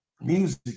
music